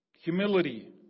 humility